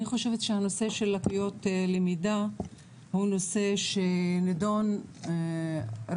אני חושבת שהנושא של לקויות למידה הוא נושא שנידון רבות,